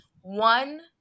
One